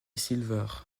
silver